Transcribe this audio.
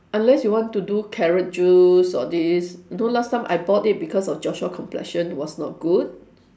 unless you want to do carrot juice all this you know last time I bought it because of Joshua complexion was not good